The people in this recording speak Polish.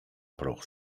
proch